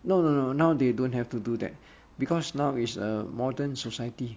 no no no now they don't have to do that because now it's a modern society